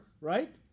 right